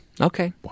Okay